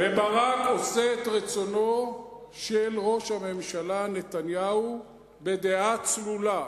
וברק עושה את רצונו של ראש הממשלה נתניהו בדעה צלולה.